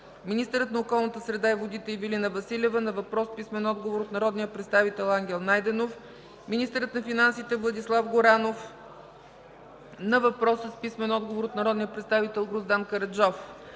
министърът на околната среда и водите Ивелина Василева на въпрос с писмен отговор от народния представител Ангел Найденов; – министърът на финансите Владислав Горанов – на въпрос с писмен отговор от народния представител Гроздан Караджов;